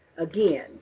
Again